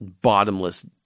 bottomless